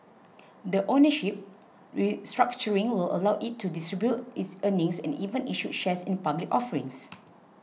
the ownership restructuring will allow it to distribute its earnings and even issue shares in public offerings